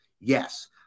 Yes